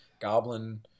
goblin